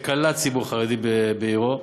שקלט ציבור חרדי בעירו.